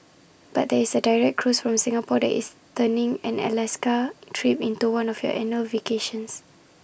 but there is A direct cruise from Singapore that is turning an Alaska trip into one of your annual vacations